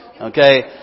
Okay